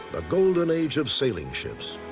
a golden age of sailing ships.